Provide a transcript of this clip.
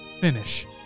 finish